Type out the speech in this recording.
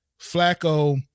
Flacco